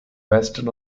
western